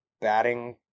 batting